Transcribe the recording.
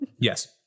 Yes